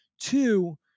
two